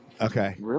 Okay